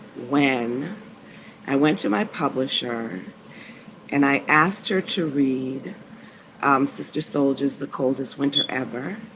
when i went to my publisher and i asked her to read um sister soldiers the coldest winter ever,